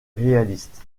réaliste